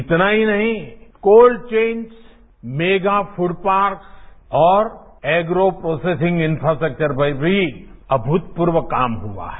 इतना ही नहीं cold chains mega food parks और एग्रो प्रोसेसिंग इन्फ्रास्ट्रक्चर पर भी अभूतपूर्व काम हुआ है